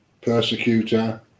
persecutor